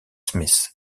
smith